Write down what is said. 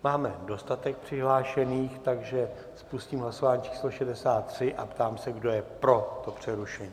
Máme dostatek přihlášených, takže spustím hlasování číslo 63 a ptám se, kdo je pro přerušení?